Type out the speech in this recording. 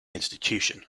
institution